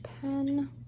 pen